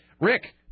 Rick